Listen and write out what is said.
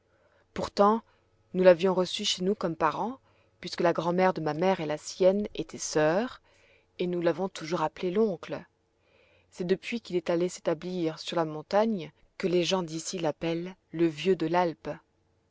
pourtant nous l'avions reçu chez nous comme parent puisque la grand'mère de ma mère et la sienne étaient sœurs et nous l'avons toujours appelé l'oncle c'est depuis qu'il est allé s'établir sur la montagne que les gens d'ici l'appellent le vieux de l'alpe